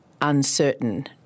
uncertain